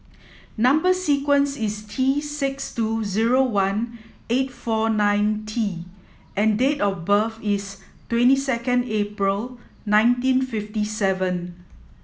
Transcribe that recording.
number sequence is T six two zero one eight four nine T and date of birth is twenty second April nineteen fifty seven